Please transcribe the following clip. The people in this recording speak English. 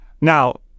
Now